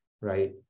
Right